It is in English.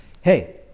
Hey